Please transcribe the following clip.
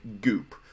goop